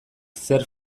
zer